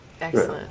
excellent